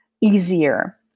easier